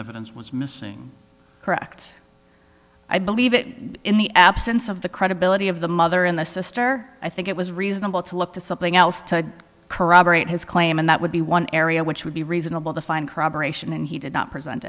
evidence was missing correct i believe it in the absence of the credibility of the mother in the sister i think it was reasonable to look to something else to corroborate his claim and that would be one area which would be reasonable to find corroboration and he did not present